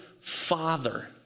father